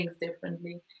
Differently